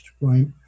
right